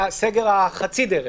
זה הסגר חצי דרך.